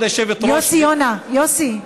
יוסי יונה, יוסי.